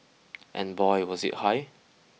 and boy was it high